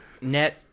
net